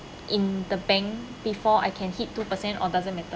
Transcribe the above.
in the bank before I can hit two percent or doesn't matter